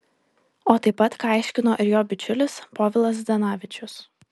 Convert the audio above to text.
o taip pat ką aiškino ir jo bičiulis povilas zdanavičius